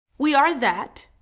we are that,